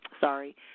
sorry